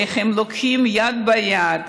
איך הם לוקחים יד ביד,